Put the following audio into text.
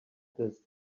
this